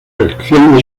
reacción